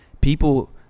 people